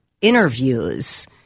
interviews –